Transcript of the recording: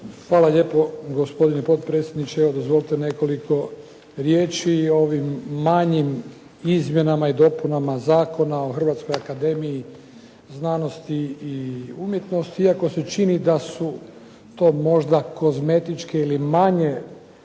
Hvala lijepo. Gospodine potpredsjedniče. Dozvolite nekoliko riječi o ovim manjim izmjenama i dopunama Zakona o Hrvatskoj akademiji znanosti i umjetnosti iako se čini da su to možda kozmetičke ili manje